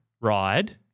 ride